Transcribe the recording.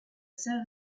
seul